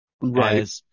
Right